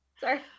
Sorry